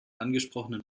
angesprochenen